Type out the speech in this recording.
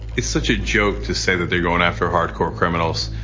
it's such a joke to say that they're going after hardcore criminals.